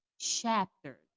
chapter